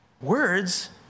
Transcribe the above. words